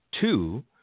Two